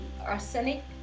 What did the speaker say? arsenic